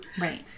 Right